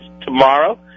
Tomorrow